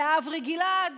לאברי גלעד,